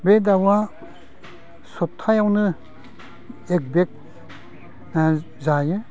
बे दाउआ सबथायावनो एक बेग जायो